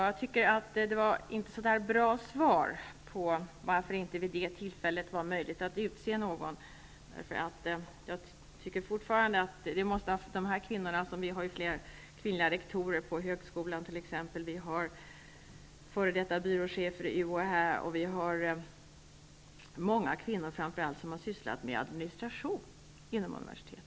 Fru talman! Jag fick inte något bra svar på frågan varför det inte vid det tillfälle vi talade om fanns möjlighet att utse någon kvinna. Det finns kvinnliga rektorer på högskolan, f.d. byråchefer i UHÄ och många kvinnor som har sysslat med administration inom universiteten.